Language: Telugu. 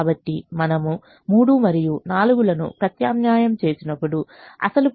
కాబట్టి మనము 3 మరియు 4 లను ప్రత్యామ్నాయం చేసినప్పుడు అసలు పరిమితి 3X1 3X2 ≤ 21